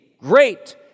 great